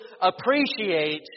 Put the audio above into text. appreciate